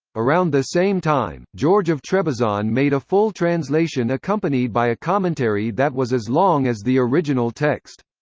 around the same time, george of trebizond made a full translation accompanied by a commentary that was as long as the original text.